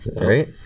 right